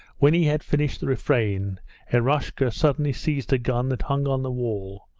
when he had finished the refrain eroshka suddenly seized a gun that hung on the wall,